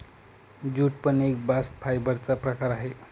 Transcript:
jute पण एक bast fibre चा प्रकार आहे